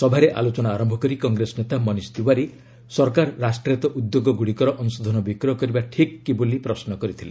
ସଭାରେ ଆଲୋଚନା ଆରମ୍ଭ କରି କଂଗ୍ରେସ ନେତା ମନିଶ ତିୱାରୀ ସରକାର ରାଷ୍ଟ୍ରାୟତ ଉଦ୍ୟୋଗଗୁଡ଼ିକର ଅଂଶଧନ ବିକ୍ରୟ କରିବା ଠିକ୍ କି ବୋଲି ପ୍ରଶ୍ନ କରିଥିଲେ